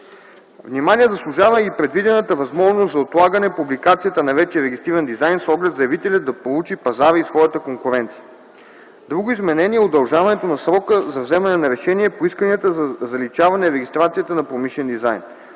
Внимание заслужава и предвидената възможност за отлагане публикацията на вече регистриран дизайн с оглед заявителят да проучи пазара и своята конкуренция. Друго изменение е удължаването на срока за вземане на решение по исканията за заличаване регистрацията на промишлен дизайн.